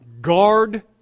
guard